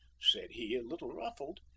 said he, a little ruffled.